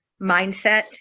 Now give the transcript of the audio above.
mindset